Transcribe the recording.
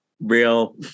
Real